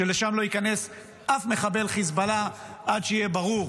שלשם לא ייכנס אף מחבל חיזבאללה עד שיהיה ברור